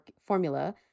formula